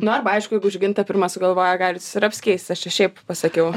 nu arba aišku jeigu žyginta pirma sugalvoja galit jūs ir apsikeist aš čia šiaip pasakiau